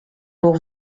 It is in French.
pour